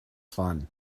fun